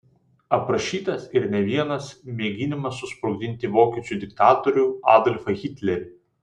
aprašytas ir ne vienas mėginimas susprogdinti vokiečių diktatorių adolfą hitlerį